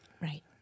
right